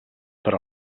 per